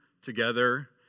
together